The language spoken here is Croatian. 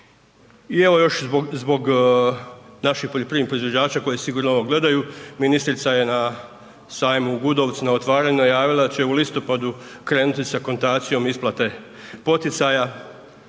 I evo još zbog, zbog naših poljoprivrednih proizvođača koji sigurno ovo gledaju, ministrica je na sajmu u Gudovcu na otvaranju najavila da će u listopadu krenuti sa akontacijom isplate poticaja